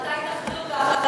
הן יידחו גם כן.